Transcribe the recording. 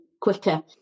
quicker